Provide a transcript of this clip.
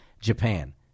Japan